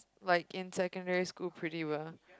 like in secondary school pretty well